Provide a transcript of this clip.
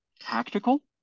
tactical